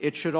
it should